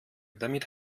damit